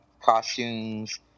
costumes